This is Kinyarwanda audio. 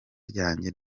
ryanjye